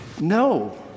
no